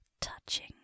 touching